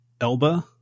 Elba